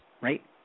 right